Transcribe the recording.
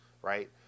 right